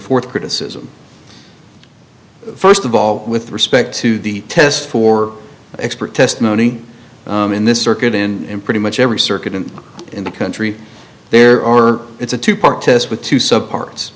fourth criticism first of all with respect to the test for expert testimony in this circuit in pretty much every circuit and in the country there are it's a two part test with two sub parts